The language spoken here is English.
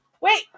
Wait